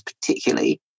particularly